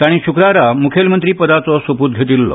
तांणी शुक्रारा मुखेलमंत्रीपदाचो सोपूत घेतिल्लो